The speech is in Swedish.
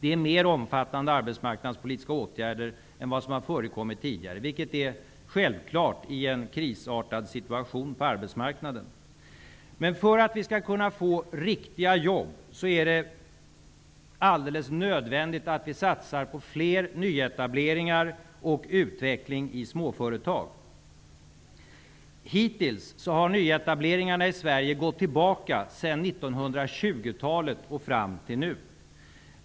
Det är mer omfattande arbetsmarknadspolitiska åtgärder än vad som har förekommit tidigare, vilket är självklart i en arbetsmarknadssituation som är krisartad. Men för att vi skall kunna få till stånd riktiga jobb är det alldeles nödvändigt att vi satsar på fler nyetableringar och utveckling i småföretag. Hittills har nyetableringarna i Sverige gått tillbaka ända sedan 1920-talet.